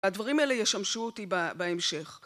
הדברים האלה ישמשו אותי בהמשך.